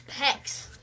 pecs